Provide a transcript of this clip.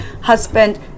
husband